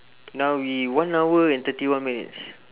now we one hour and thirty one minutes